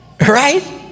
right